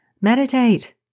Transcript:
Meditate